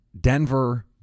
Denver